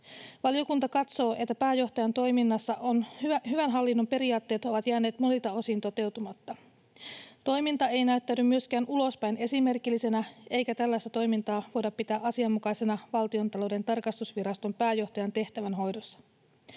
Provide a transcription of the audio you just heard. Valiokunta katsoo, että pääjohtajan toiminnassa hyvän hallinnon periaatteet ovat jääneet monilta osin toteutumatta. Toiminta ei näyttäydy myöskään ulospäin esimerkillisenä, eikä tällaista toimintaa voida pitää asianmukaisena Valtiontalouden tarkastusviraston pääjohtajan tehtävän hoidossa.